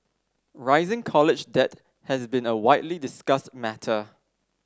rising college debt has been a widely discussed matter